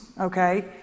Okay